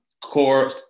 core